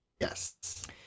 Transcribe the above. Yes